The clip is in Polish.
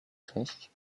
sześć